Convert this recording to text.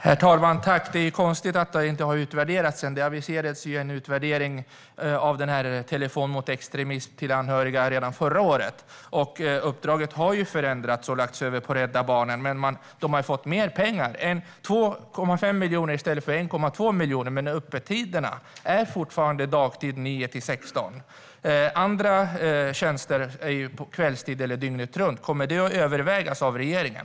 Herr talman! Det är konstigt att uppdraget inte har utvärderats. Det aviserades en utvärdering av uppdraget med en stödtelefon mot extremism för anhöriga redan förra året. Uppdraget har förändrats och lagts över på Rädda Barnen. Rädda Barnen har fått mer pengar, 2,5 miljoner i stället för 1,2 miljoner. Men öppettiderna är fortfarande dagtid 9-16. Andra tjänster ges på kvällstid eller dygnet runt. Kommer det att övervägas av regeringen?